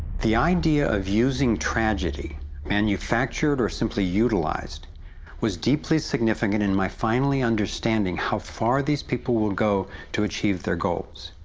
the idea of using tragedy manufactured or simply utilized was deeply significant in my finally understanding how far these people will go to achieve their goals.